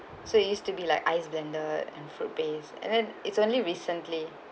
so it used to be like ice blended and fruit based and then it's only recently